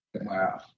Wow